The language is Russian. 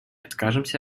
откажемся